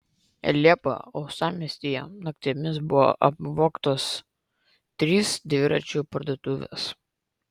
liepą uostamiestyje naktimis buvo apvogtos trys dviračių parduotuvės